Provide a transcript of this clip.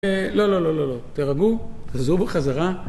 לא, לא, לא, לא, לא. תרגעו, חזרו בחזרה.